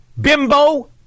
bimbo